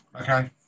Okay